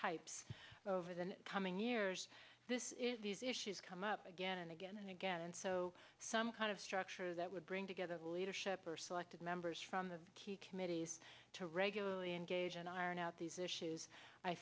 types over the coming years this these issues come up again and again and again and so some kind of structure that would bring together the leadership are selected members from the key committees to regularly engage and iron out these issues i